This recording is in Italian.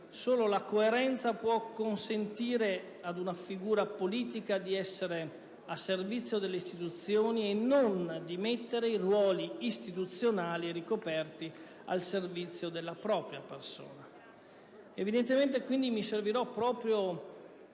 solo la coerenza può consentire ad una figura politica di essere al servizio delle istituzioni e non di mettere i ruoli istituzionali ricoperti al servizio della propria persona. Mi servirò dunque proprio